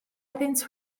iddynt